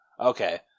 Okay